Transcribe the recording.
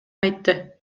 айтты